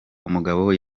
umugabo